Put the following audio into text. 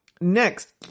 Next